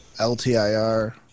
LTIR